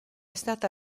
stata